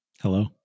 Hello